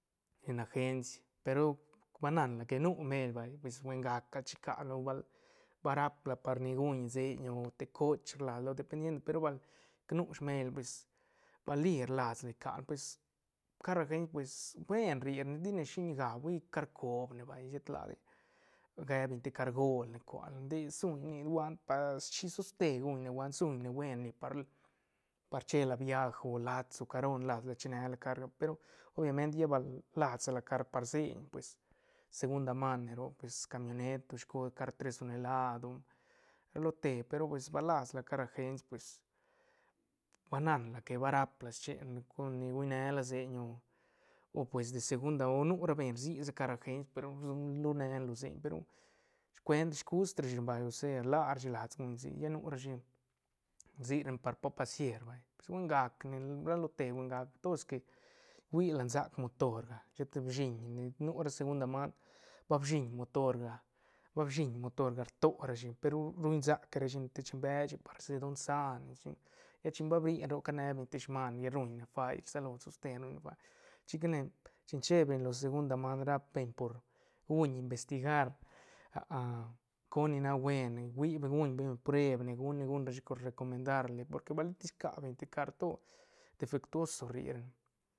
Len agenci pe ru ba nan la que nu meil vay pues buen gac gal chicala o bal ba rap la ni guñ seiñ o te coch las la dependiendo pe ru bal nu smeil la pues bal li rlasla quia lane pues car agenci pues buen rri ne ti ne shiñga hui car coob ne vay shet ladi ge beñ de cargol ne cuala nde suñ nic guant pa shitoste guñ ne guant suñ ne buen li par- par chela viaj o lats o caro ne las la che ne la carga pe ru obviamente lla bal las sa la car par seiñ pues segunda mane roc pues camionet o shico car tres tonelad o ra lo te pe ru pues ba las la car agenci pues ba nan la que ba rap la schen cos ni guñ ne la seiñ o- o pues de segunda o nu ra beñ rsi sa car agenci pe ru ru ne la lo seiñ pe ru scuen scus ra shine vay osea larashi rlas guñ seiñ lla nu rashi rsine par pa pasier vay pues buen gac ne ra lo te buen gac todes que huila nsac motor ga shet bshiñ di ne nu ra segunda man ba bshiñ motorga- ba bshiñ motorga rto rashi pe ru ruñ sac rashi ne te chen beche parsi don sana chic lla chin ba brine ne roc cane beñ te sman ya ruñ ne fai rsa lo soste ne ruñne fai chic ca ne chin che beñ lo segunda man rap beñ por guñ investigar con ni nac buen ne hui beñ guñ beñ preeb ne guñ-guñ rashi recomendar li porque ba li tis ca beñ te car to defectuoso rri ra ne.